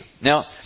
Now